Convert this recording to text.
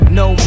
no